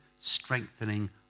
strengthening